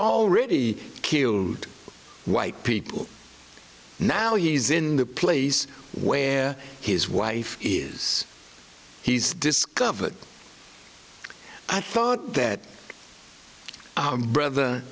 already killed white people now he's in the place where his wife is he's discovered i thought that